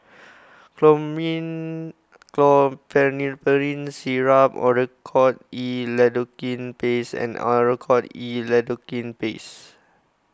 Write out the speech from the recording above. Chlormine Chlorpheniramine Syrup Oracort E Lidocaine Paste and Oracort E Lidocaine Paste